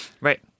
Right